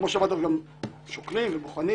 כמו שאמרתי אנחנו גם שוקלים ובוחנים